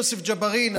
יוסף ג'בארין,